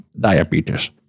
diabetes